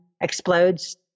explodes